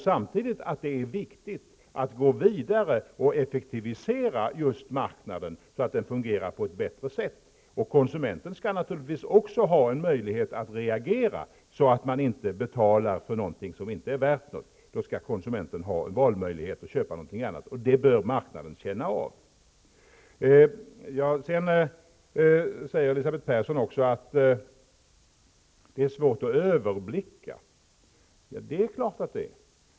Samtidigt är det viktigt att gå vidare och effektivisera just marknaden, så att den fungerar på ett bättre sätt. Konsumenterna skall naturligtvis också ha möjlighet att reagera, så att de inte betalar för något som inte är värt någonting. De skall ha valmöjlighet och kunna köpa någonting annat. Det bör marknaden känna av. Elisabeth Persson säger också att det är svårt att överblicka marknaden. Ja, det är klart att det är.